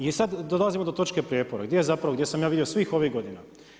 I sad dolazimo do točke prijepora, gdje je zapravo, gdje sam ja vidio svih onih godina.